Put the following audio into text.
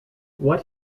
what